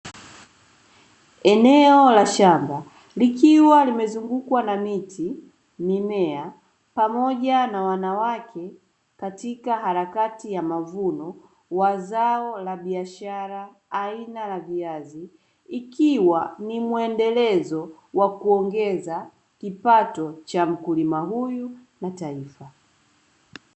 Eneo la shamba likiwa limezungukwa na miti, mimea, pamoja na wanawake katika harakati ya mavuno wa zao la biashara aina ya viazi, ikiwa ni mwendelezo wa kuongeza kipato cha mkulima huyu na taifa.